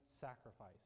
sacrifice